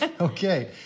okay